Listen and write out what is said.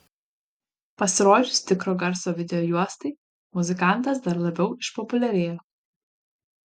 pasirodžius tikro garso videojuostai muzikantas dar labiau išpopuliarėjo